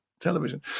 television